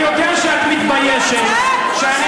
אתה יודע שאתם מוליכים אותם שולל.